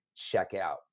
checkout